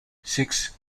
six